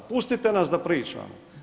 Pustite nas da pričamo.